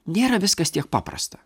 nėra viskas tiek paprasta